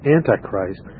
Antichrist